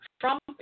Trump